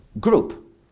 group